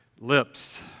lips